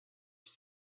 for